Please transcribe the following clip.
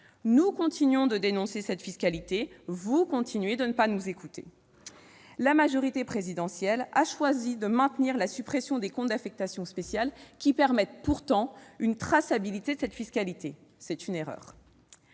Nous continuons de dénoncer cette fiscalité ; vous continuez de ne pas nous écouter. La majorité présidentielle a choisi de maintenir la suppression des comptes d'affectation spéciale, qui permettent pourtant une traçabilité de cette fiscalité : c'est une erreur.